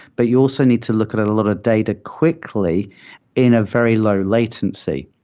but you also need to look at a lot of data quickly in a very low latency.